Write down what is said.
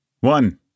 one